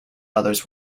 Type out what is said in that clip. others